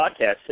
podcast